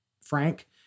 Frank